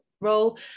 role